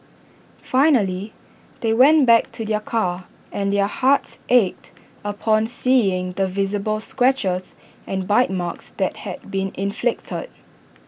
finally they went back to their car and their hearts ached upon seeing the visible scratches and bite marks that had been inflicted